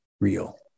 real